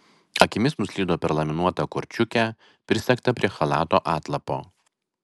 akimis nuslydo per laminuotą korčiukę prisegtą prie chalato atlapo